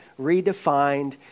redefined